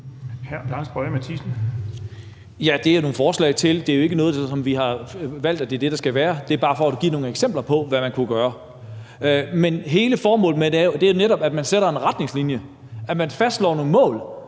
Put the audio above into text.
Lars Boje Mathiesen (NB): Ja, det er jo nogle forslag til det. Det er jo ikke noget, som vi har valgt er det, som det skal være, men det er bare for at give nogle eksempler på, hvad man kunne gøre. Men hele formålet med det er jo netop, at man sætter en retningslinje, at man fastslår nogle mål,